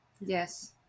yes